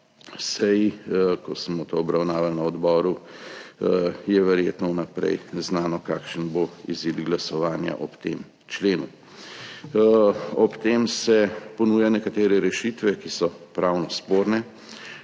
seji, ko smo to obravnavali na odboru, je verjetno vnaprej znano, kakšen bo izid glasovanja o tem členu. Ob tem se ponuja nekatere rešitve, ki so pravno sporne,